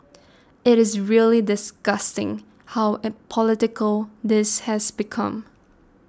it is really disgusting how political this has become